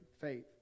faith